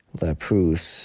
laprus